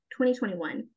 2021